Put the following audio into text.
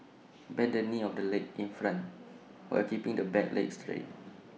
bend the knee of the leg in front while keeping the back leg straight